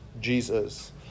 Jesus